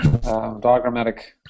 diagrammatic